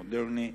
מודרני,